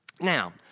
now